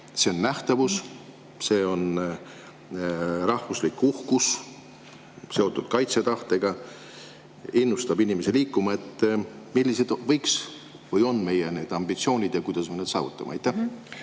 [tegemine], see on rahvuslik uhkus, seotud kaitsetahtega, innustab inimesi liikuma. Millised võiks olla või on meie ambitsioonid ja kuidas me need saavutame? Aitäh,